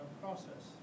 process